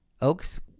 Oaks –